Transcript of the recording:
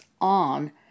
on